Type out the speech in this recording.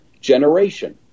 generation